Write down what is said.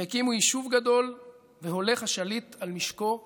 והקימו יישוב גדל והולך השליט על משקו ותרבותו,